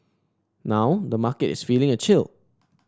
now the market is feeling a chill